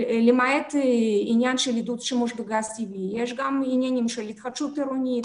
למעט עניין של עידוד שימוש בגז טבעי יש גם עניינים של התחדשות עירונית.